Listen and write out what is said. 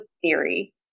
theory